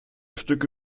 stücke